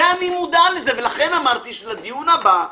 אני מודע לזה, ולכן אמרתי שבדיון הבא,